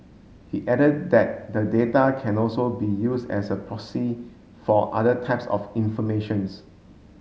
he added that the data can also be used as a proxy for other types of informations